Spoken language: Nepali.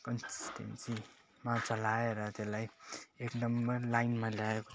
कन्सिसटेन्सीमा चलाएर त्यसलाई एक नम्बर लाइनमा ल्याएको